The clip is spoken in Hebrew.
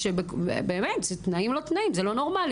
באמת, זה תנאים, זה לא נורמלי.